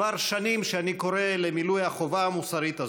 כבר שנים שאני קורא למילוי החובה המוסרית הזאת.